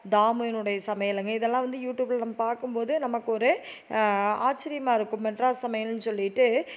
தாமுவின்னுடைய சமையலும் இதெல்லாம் வந்து யூடியூப்பில் நம்ம பார்க்கும்போது நமக்கு ஒரு ஆச்சரியமா இருக்கும் மெட்ராஸ் சமையலுன்னு சொல்லிட்டு